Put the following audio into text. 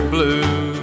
Blue